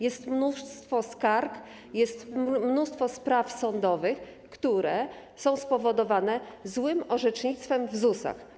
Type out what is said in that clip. Jest mnóstwo skarg, jest mnóstwo spraw sądowych, które są spowodowane złym orzecznictwem w ZUS-ach.